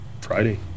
Friday